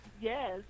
yes